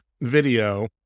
video